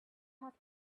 have